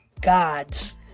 gods